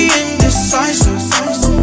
indecisive